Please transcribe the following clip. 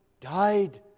died